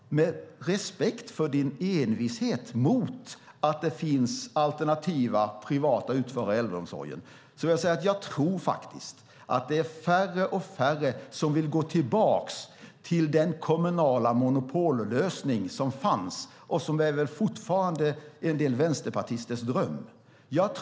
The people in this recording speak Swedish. Med respekt för din envishet när det gäller privata alternativa utförare i äldreomsorgen, Eva, vill jag säga att jag tror att det är allt färre som vill gå tillbaka till den kommunala monopollösning som fanns och som fortfarande är en del vänsterpartisters dröm.